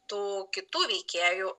tų kitų veikėjų